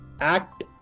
act